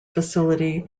facility